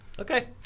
okay